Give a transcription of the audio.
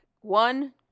One